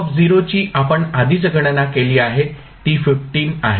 v ची आपण आधीच गणना केली आहे ती 15 आहे